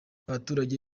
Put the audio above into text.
abaturage